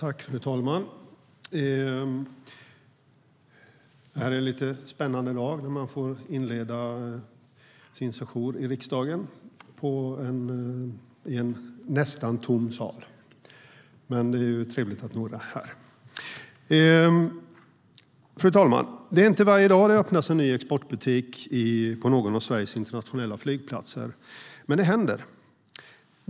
Fru talman! Det är inte varje dag det öppnas en ny exportbutik på någon av Sveriges internationella flygplatser - men det händer.